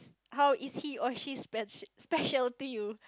how is he or she speci~ special to you